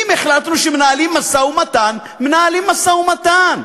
אם החלטנו שמנהלים משא-ומתן, מנהלים משא-ומתן.